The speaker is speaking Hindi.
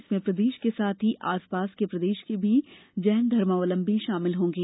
इसमें प्रदेश के साथ ही आसपास के प्रदेश से भी जैन धर्मावलंबी शामिल होंगे